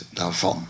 daarvan